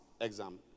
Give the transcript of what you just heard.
exam